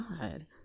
God